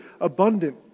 abundant